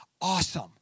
awesome